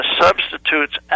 substitutes